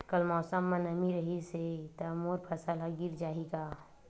कल मौसम म नमी रहिस हे त मोर फसल ह गिर जाही का?